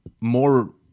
more